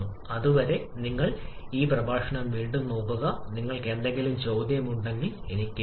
അതുവരെ നിങ്ങൾ ഈ പ്രഭാഷണം വീണ്ടും നോക്കുക നിങ്ങൾക്ക് എന്തെങ്കിലും ചോദ്യമുണ്ടെങ്കിൽ എനിക്ക് എഴുതുക